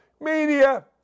Media